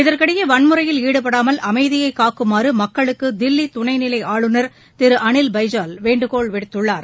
இதற்கிடையே வன்முறையில் ஈடுபடாமல் அமைதிகாக்குமாறு மக்களுக்கு தில்லி துணைநிலை ஆளுநர் திரு அனில் பைஜால் வேண்டுகோள் விடுத்துள்ளார்